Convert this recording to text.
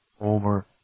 over